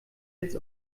jetzt